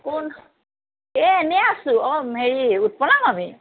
কোন এই এনেই আছোঁ অঁ হেৰি উৎপলা মামী